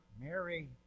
Mary